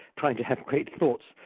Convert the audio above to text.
trying to have great thoughts,